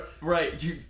Right